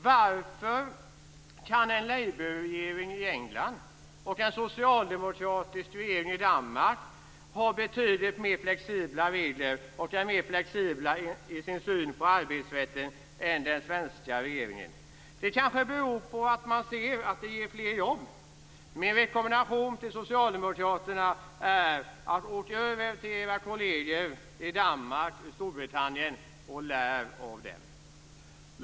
Varför kan en labourregering i England och en socialdemokratisk regering i Danmark ha betydligt mer flexibla regler och vara mer flexibel i sin syn på arbetsrätten än den svenska regeringen? Det kanske beror på att de ser att det ger fler jobb. Min rekommendation till Socialdemokraterna är: Åk över till era kolleger i Danmark och Storbritannien och lär av dem.